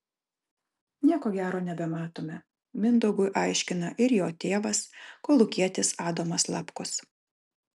nieko gero nebematome mindaugui aiškina ir jo tėvas kolūkietis adomas lapkus